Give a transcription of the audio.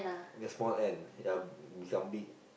the small ant ya become big